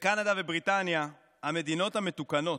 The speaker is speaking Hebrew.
בקנדה ובבריטניה, המדינות המתוקנות,